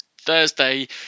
Thursday